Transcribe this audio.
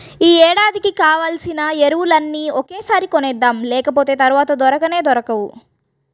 యీ ఏడాదికి కావాల్సిన ఎరువులన్నీ ఒకేసారి కొనేద్దాం, లేకపోతె తర్వాత దొరకనే దొరకవు